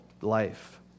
life